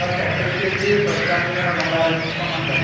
sir set వచ్చేసి మేము రెండువందల యాభైకి తీసుకుంటున్నాం సార్